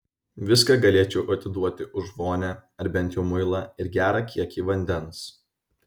viską galėčiau atiduoti už vonią ar bent jau muilą ir gerą kiekį vandens